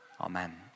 Amen